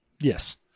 Yes